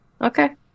Okay